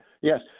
Yes